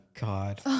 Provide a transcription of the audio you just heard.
God